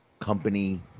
company